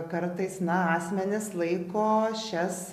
kartais na asmenys laiko šias